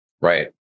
Right